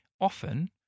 often